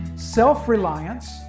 self-reliance